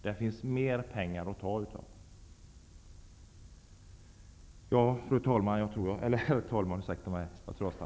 Det finns mer pengar att spara.